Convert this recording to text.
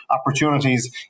opportunities